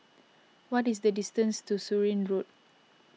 what is the distance to Surin Road